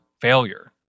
failure